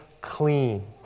clean